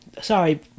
sorry